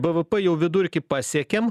bvp jau vidurkį pasiekėm